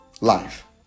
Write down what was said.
life